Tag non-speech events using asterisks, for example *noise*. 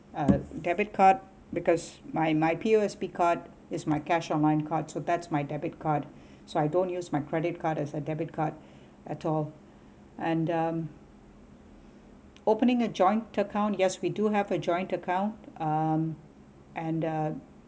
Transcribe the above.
uh debit card because my my P_O_S_B card is my cash on my card so that's my debit card *breath* so I don't use my credit card as a debit card at all and um opening a joint account yes we do have a joint account um and the